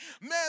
man